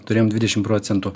turėjom dvidešim procentų